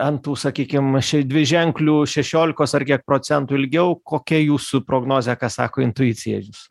ant tų sakykim š dviženklių šešiolikos ar kiek procentų ilgiau kokia jūsų prognozė ką sako intuicija jūsų